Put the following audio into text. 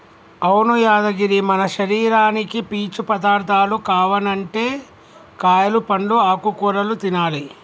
అవును యాదగిరి మన శరీరానికి పీచు పదార్థాలు కావనంటే కాయలు పండ్లు ఆకుకూరలు తినాలి